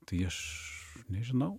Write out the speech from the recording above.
tai aš nežinau